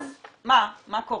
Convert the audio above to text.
אז מה קורה?